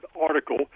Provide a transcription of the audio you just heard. article